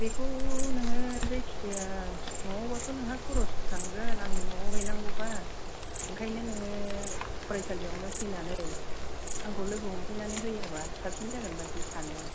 बेखौ नोङो जायखिजाया नआवबाथ' करस थांगोन आंनो न'आव हैनांगौबा ओंखायनो नोङो फरायसालियाव फैनानै आंखौ लोगो हमफैनानै होयोबा साबसिन जागोनबादि सानो आं